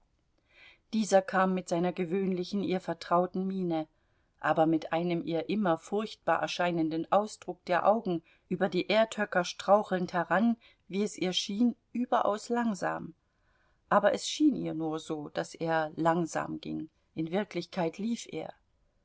dieser kam mit seiner gewöhnlichen ihr vertrauten miene aber mit einem ihr immer furchtbar erscheinenden ausdruck der augen über die erdhöcker strauchelnd heran wie es ihr schien überaus langsam aber es schien ihr nur so daß er langsam ging in wirklichkeit lief er